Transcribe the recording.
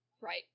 Right